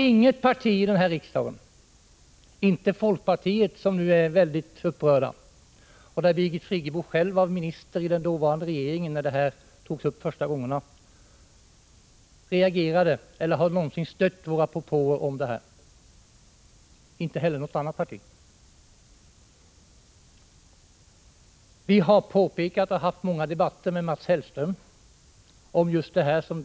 Inget annat parti här i riksdagen har någonsin stött våra propåer på det här området — varken folkpartiet, där man nu är mycket upprörd, eller något annat parti. Birgit Friggebo var själv minister i den dåvarande regeringen när det här togs upp för första gången. Vi har haft många debatter med Mats Hellström om just det som